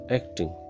acting